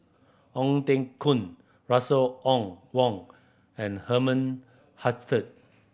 Ong Teng Koon Russel Wong and Herman Hochstadt